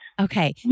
Okay